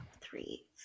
three